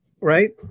right